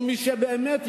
או מי שבאמת יודע,